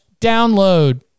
download